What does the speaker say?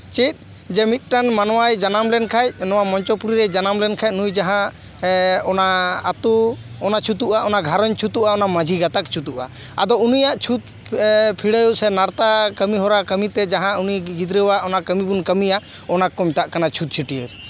ᱪᱮᱫ ᱡᱮ ᱢᱤᱫᱴᱟᱱ ᱢᱟᱱᱣᱟᱭ ᱡᱟᱱᱟᱢ ᱞᱮᱱᱠᱷᱟᱱ ᱱᱚᱣᱟ ᱢᱚᱧᱪᱚᱯᱩᱨᱤ ᱨᱮ ᱡᱟᱱᱟᱢ ᱞᱮᱱᱠᱷᱟᱱ ᱱᱩᱭ ᱡᱟᱦᱟᱸ ᱚᱱᱟ ᱟᱹᱛᱩ ᱪᱷᱩᱛᱩᱜᱼᱟ ᱚᱱᱟ ᱜᱷᱟᱨᱚᱸᱡᱽ ᱪᱷᱩᱛᱩᱜᱼᱟ ᱚᱱᱟ ᱢᱟᱹᱡᱷᱤ ᱜᱟᱛᱟᱠ ᱪᱷᱩᱛᱩᱜᱼᱟ ᱟᱫᱚ ᱩᱱᱤᱭᱟᱜ ᱪᱷᱩᱛ ᱯᱷᱮᱰᱟᱣ ᱥᱮ ᱱᱟᱨᱛᱟ ᱠᱟᱹᱢᱤ ᱦᱚᱨᱟ ᱠᱟᱹᱢᱤᱛᱮ ᱡᱟᱦᱟᱸ ᱩᱱᱤ ᱜᱤᱫᱽᱨᱟᱹᱣᱟᱜ ᱚᱱᱟ ᱠᱟᱹᱢᱤ ᱵᱚᱱ ᱠᱟᱹᱢᱤᱭᱟ ᱚᱱᱟ ᱜᱮᱠᱚ ᱢᱮᱛᱟᱜ ᱠᱟᱱᱟ ᱪᱷᱩᱛ ᱪᱷᱟᱹᱴᱭᱟᱹᱨ